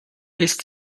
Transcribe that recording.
ist